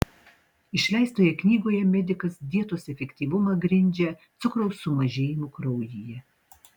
išleistoje knygoje medikas dietos efektyvumą grindžia cukraus sumažėjimu kraujyje